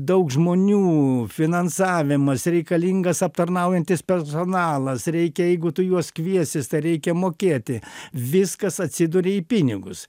daug žmonių finansavimas reikalingas aptarnaujantis personalas reikia jeigu tu juos kviesis tai reikia mokėti viskas atsiduria į pinigus